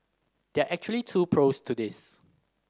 there are actually two pros to this